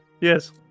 Yes